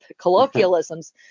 colloquialisms